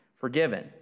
forgiven